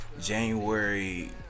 January